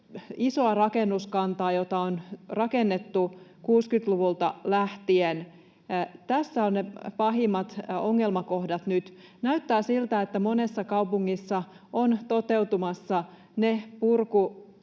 isoa rakennuskantaa, jota on rakennettu 60-luvulta lähtien. Tässä ovat ne pahimmat ongelmakohdat nyt. Näyttää siltä, että monessa kaupungissa ovat toteutumassa